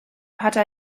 hatte